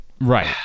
right